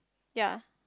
yea